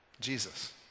Jesus